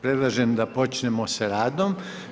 Predlažemo da počnemo sa radom.